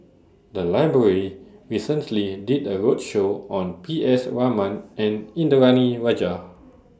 The Library recently did A roadshow on P S Raman and Indranee Rajah